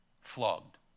Flogged